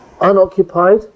unoccupied